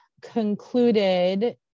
concluded